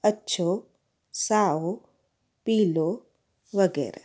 अछो साओ पीलो वग़ैरह